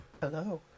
Hello